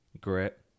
grit